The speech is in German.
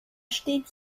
steht